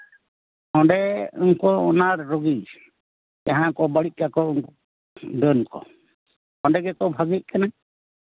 ᱚᱸᱰᱮ ᱩᱱᱠᱩ ᱚᱱᱟᱲ ᱨᱩᱜᱤ ᱡᱟᱦᱟᱸᱭ ᱠᱚ ᱵᱟᱹᱲᱤᱡ ᱠᱟᱠᱚ ᱩᱱᱠᱩ ᱰᱟᱹᱱ ᱠᱚ ᱚᱸᱰᱮ ᱜᱮᱠᱚ ᱵᱷᱟᱹᱜᱮᱜ ᱠᱟᱱᱟ